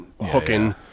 hooking